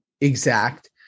exact